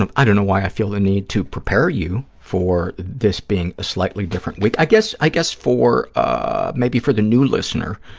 um i don't know why i feel the need to prepare you for this being a slightly different week, i guess i guess for, ah maybe for the new listener